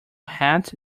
halt